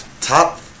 Top